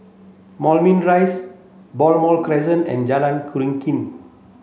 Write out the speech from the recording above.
Moulmein Rise Balmoral Crescent and Jalan Keruing